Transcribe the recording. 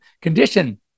condition